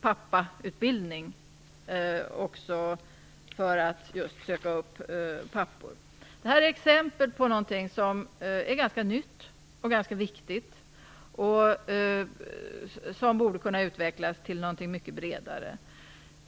pappautbildning för att alltså söka upp just pappor. Det här är exempel på något som är ganska nytt och ganska viktigt och som borde kunna utvecklas till något mycket bredare.